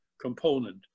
component